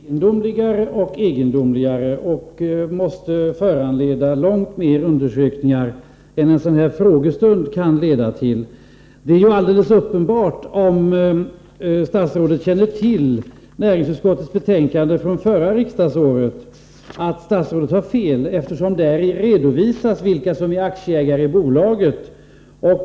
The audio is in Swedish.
Herr talman! Ärendet blir egendomligare och egendomligare. Det föranleder långt mer ingående undersökningar än vad en sådan här frågestund kan innebära. För den som känner till näringsutskottets betänkande om Landskrona Finans från förra riksmötet är det alldeles uppenbart att statsrådet har fel, eftersom däri redovisas vilka som är aktieägare i bolaget.